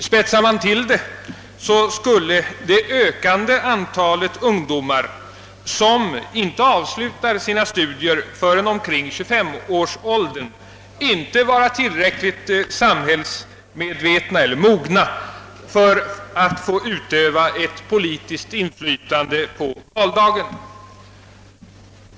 Spetsar man till herr Adamssons påstående skulle det innebära att det ökande antalet ungdomar som inte avslutar sina studier förrän omkring 25-årsåldern inte vore tillräckligt samhällsmedvetna eller mogna för att få utöva ett politiskt inflytande på valdagen.